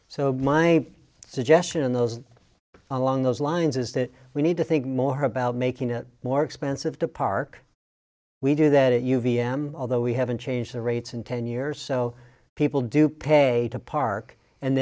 so my suggestion in those along those lines is that we need to think more about making it more expensive to park we do that you v m although we haven't changed the rates in ten years so people do pay to park and